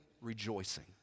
rejoicing